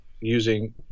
using